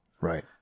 Right